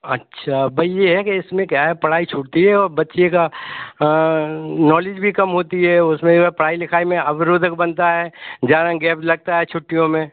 अच्छा भाई ये है कि इसमें क्या है पढ़ाई छूटती है और बच्चे का नॉलेज भी कम होती है उसमें अगर पढ़ाई लिखाई में अवरोधक बनता है ज़्यादा गेप अब लगता है छुट्टियों में